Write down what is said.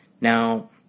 Now